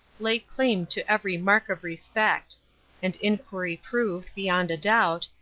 lay claim to every mark of respect and inquiry proved, beyond a doubt,